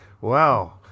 wow